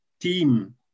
team